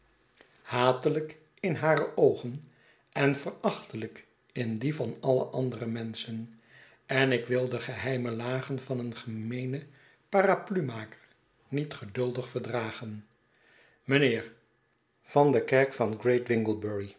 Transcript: in hare oogen en verachtelijk in die van alle andere menschen en ik wil de geheime lagen van een gemeenen paraplumaker nietgeduldigverdragen mijnheer vandekerk van